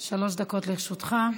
זחאלקה, שלוש דקות לרשותך.